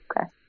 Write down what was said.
Okay